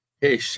Hey